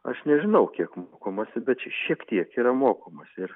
aš nežinau kiek mokomasi be šiek tiek yra mokomasi ir